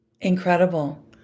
Incredible